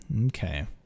okay